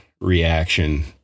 reaction